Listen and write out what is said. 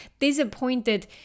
disappointed